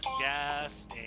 gas